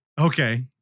Okay